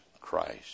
Christ